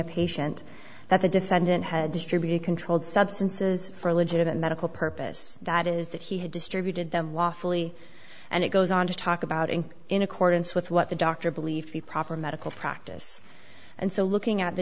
a patient that the defendant had distributed controlled substances for a legitimate medical purpose that is that he had distributed them wofully and it goes on to talk about and in accordance with what the doctor believed the proper medical practice and so looking at the